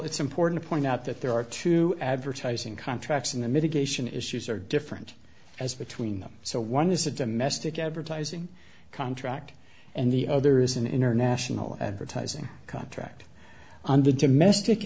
it's important to point out that there are two advertising contracts in the mitigate the issues are different as between them so one is a domestic advertising contract and the other is an international advertising contract on the domestic